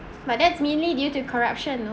but that's mainly due to corruption you know